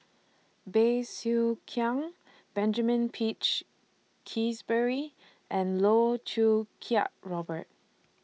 Bey Soo Khiang Benjamin Peach Keasberry and Loh Choo Kiat Robert